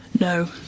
No